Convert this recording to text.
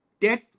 death